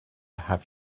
have